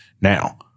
Now